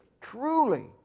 truly